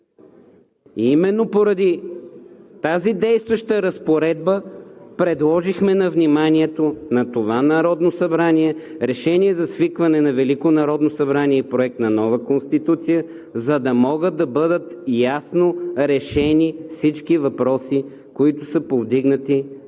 Именно поради тази действаща разпоредба предложихме на вниманието на това Народно събрание Решение за свикване на Велико народно събрание и Проект на нова Конституция, за да могат да бъдат ясно решени всички въпроси, които са повдигнати и са